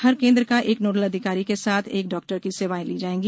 हर केन्द्र का एक नोडल अधिकारी के साथ एक डॉक्टर की सेवाएँ ली जायेंगी